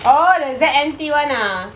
oh the Z&T one ah